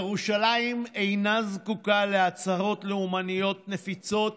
ירושלים אינה זקוקה להצהרות לאומניות נפיצות